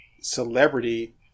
celebrity